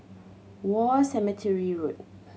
War Cemetery Road